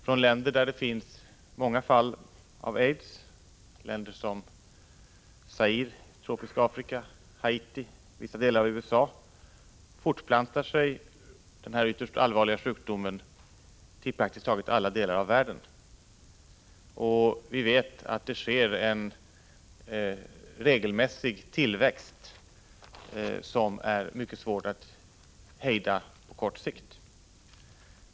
Från länder som Zaire i tropiska Afrika och Haiti och från vissa delar av USA, där det finns många fall av aids, fortplantar sig denna ytterst allvarliga sjukdom till praktiskt taget alla delar av världen. Vi vet att det sker en regelmässig tillväxt som är mycket svår att hejda på kort sikt.